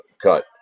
cut